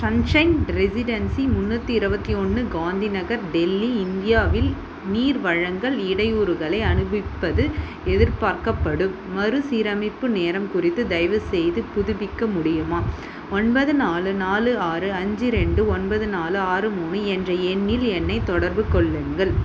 sunshine Residency முந்நூற்றி இருபத்தி ஒன்று காந்தி நகர் டெல்லி இந்தியாவில் நீர் வழங்கல் இடையூறுகளை அனுபவிப்பது எதிர்பார்க்கப்படும் மறுசீரமைப்பு நேரம் குறித்து தயவுசெய்து புதுப்பிக்க முடியுமா ஒன்பது நாலு நாலு ஆறு அஞ்சு ரெண்டு ஒன்பது நாலு ஆறு மூணு என்ற எண்ணில் என்னைத் தொடர்பு கொள்ளுங்கள்